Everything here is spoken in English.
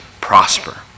prosper